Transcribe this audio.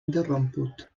interromput